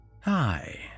Hi